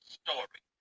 story